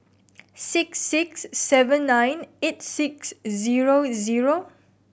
six six seven nine eight six zero zero